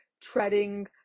treading